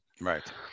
right